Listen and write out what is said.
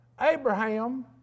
Abraham